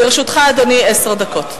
לרשותך, אדוני, עשר דקות.